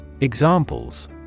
Examples